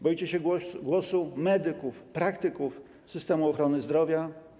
Boicie się głosu medyków, praktyków systemu ochrony zdrowia?